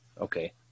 Okay